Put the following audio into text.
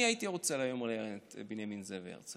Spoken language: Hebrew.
אני הייתי רוצה לראיין היום את בנימין זאב הרצל.